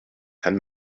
ten